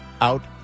out